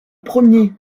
premier